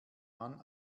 mann